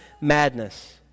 madness